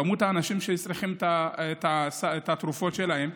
כמות האנשים שצריכים את התרופות שלהם.